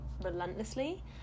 relentlessly